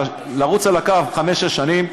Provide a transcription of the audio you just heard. לרוץ על הקו חמש-שש שנים.